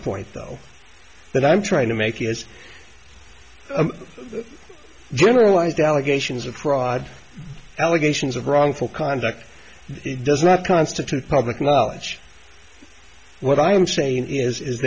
point though that i'm trying to make is generalized allegations of fraud allegations of wrongful conduct does not constitute public knowledge what i'm saying is is